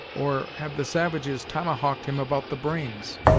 or, have the savages tomahawked him about the brains?